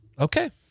Okay